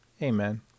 Amen